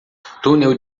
túnel